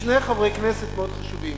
שני חברי כנסת מאוד חשובים,